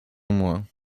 mois